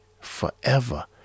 forever